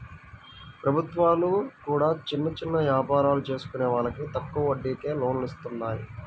ప్రభుత్వాలు కూడా చిన్న చిన్న యాపారాలు చేసుకునే వాళ్లకి తక్కువ వడ్డీకే లోన్లను ఇత్తన్నాయి